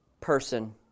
person